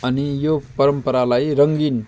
अनि यो परम्परालाई रङ्गीन